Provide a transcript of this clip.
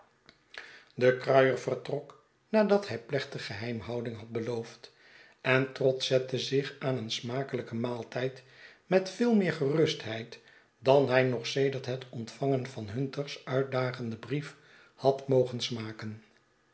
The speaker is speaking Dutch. de kruier vertrok nadat hij plechtig geheimhouding had beloofd en trott zette zich aan een smakelijken maaltijd met veel meer gerustheid dan hij nog sedert het ontvangen van hunter's uitdagenden brief had mogen smaken